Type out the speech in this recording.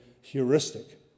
heuristic